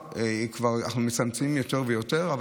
אנחנו מצמצמים יותר ויותר את חוסר התאורה,